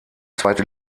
zweite